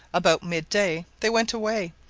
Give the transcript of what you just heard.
about mid-day they went away,